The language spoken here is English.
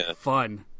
fun